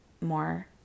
more